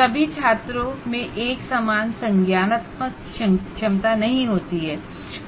सभी छात्रों में एक समान संज्ञानात्मक क्षमता नहीं होती है